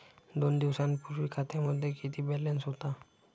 दोन दिवसांपूर्वी खात्यामध्ये किती बॅलन्स होता?